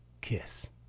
kiss